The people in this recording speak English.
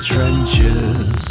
Trenches